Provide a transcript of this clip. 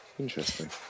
Interesting